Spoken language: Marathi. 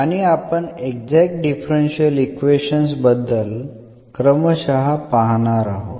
आणि आपण एक्झॅक्ट डिफरन्शियल इक्वेशन्स बद्दल क्रमशः पाहणार आहोत